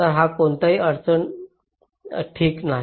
तर कोणतीही अडचण ठीक नाही